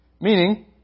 Meaning